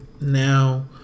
now